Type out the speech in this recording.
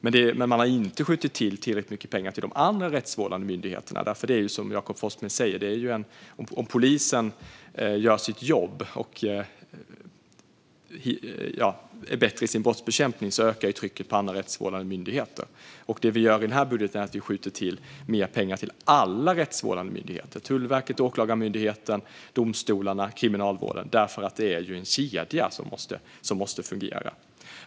Men man har inte skjutit till tillräckligt mycket pengar till de andra rättsvårdande myndigheterna. Om polisen gör sitt jobb och är bättre i sin brottsbekämpning ökar trycket på andra rättsvårdande myndigheter. Det vi gör i den här budgeten är att vi skjuter till mer pengar till alla rättsvårdande myndigheter: Tullverket, Åklagarmyndigheten, domstolarna och Kriminalvården. Det är ju en kedja som måste fungera.